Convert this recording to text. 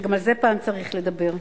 וגם על זה פעם צריך לדבר.